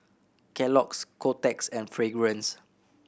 Kellogg's Kotex and Fragrance